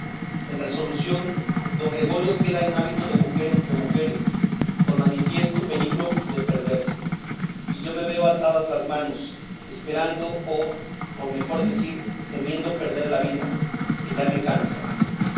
en resolución don gregorio queda en hábito de mujer entre mujeres con manifiesto peligro de perderse y yo me veo atadas las manos esperando o por mejor decir temiendo perder la vida que ya me cansa